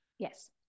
Yes